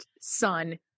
son